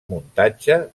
muntatge